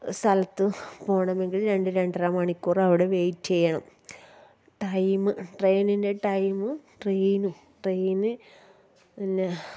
സ്ഥലത്ത് പോകണമെങ്കിൽ രണ്ട് രണ്ടരമണിക്കൂറവിടെ വെയ്റ്റ് ചെയ്യണം ടൈമ് ട്രെയിനിൻ്റെ ടൈമ് ട്രെയിനും ട്രെയിന് പിന്നെ